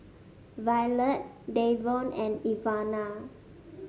Violette Davon and Ivana